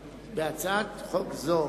בהצעת חוק זו